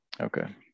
Okay